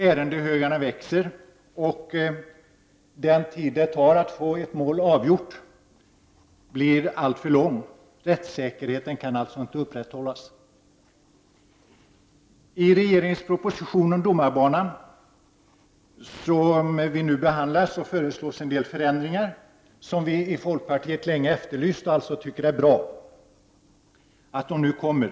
Ärendehögarna växer, och den tid som det tar att få ett mål avgjort blir alltför lång. Rättssäkerheten kan alltså inte upprätthållas! I den proposition från regeringen om domarbanan som vi nu behandlar föreslås en del förändringar som vi i folkpartiet länge har efterlyst. Vi tycker därför att det är bra att sådana nu kommer.